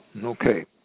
Okay